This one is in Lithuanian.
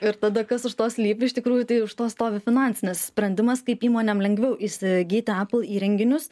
ir tada kas už to slypi iš tikrųjų tai už to stovi finansinis sprendimas kaip įmonėm lengviau įsigyti apple įrenginius